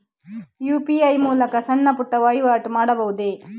UPI ಮೂಲಕ ಸಣ್ಣ ಪುಟ್ಟ ವಹಿವಾಟು ಮಾಡಬಹುದೇ?